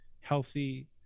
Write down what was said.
healthy